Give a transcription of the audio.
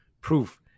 proof